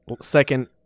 second